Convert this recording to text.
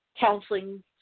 counseling